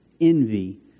envy